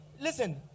Listen